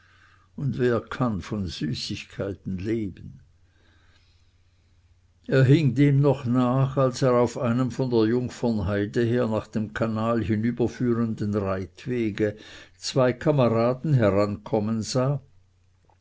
und wer kann von süßigkeiten leben er hing dem noch nach als er auf einem von der jungfernheide her nach dem kanal hinüberführenden reitwege zwei kameraden herankommen sah